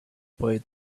boy